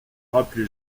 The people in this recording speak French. rappelé